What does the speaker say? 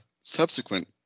subsequent